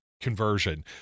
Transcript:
conversion